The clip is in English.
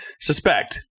suspect